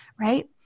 Right